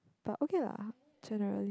but okay lah generally